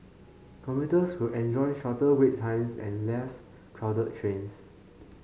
commuters will enjoy shorter wait times and less crowded trains